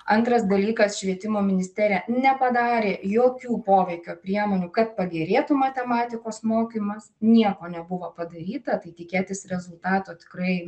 antras dalykas švietimo ministerija nepadarė jokių poveikio priemonių kad pagerėtų matematikos mokymas nieko nebuvo padaryta tai tikėtis rezultato tikrai